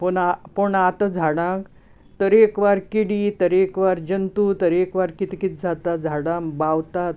पूण आता झाडांक तरेकवार किडी तरेकवार जंतू तरेकवार कितें कितें जाता झाडां बावतात